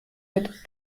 mit